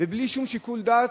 ובלי שום שיקול דעת,